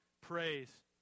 praise